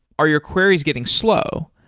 are your queries getting slow?